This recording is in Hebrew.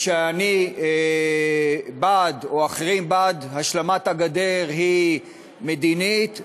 שאני או אחרים בעד השלמת הגדר היא מדינית,